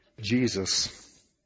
Jesus